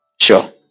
sure